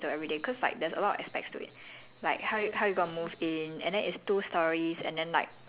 ya but like I don't know what the situation's like that's why I tell you like the dream dies into everyday cause like there's a lot of aspects to it